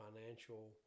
financial